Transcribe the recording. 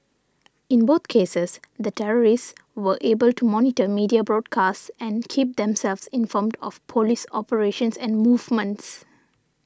in both cases the terrorists were able to monitor media broadcasts and keep themselves informed of police operations and movements